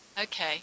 Okay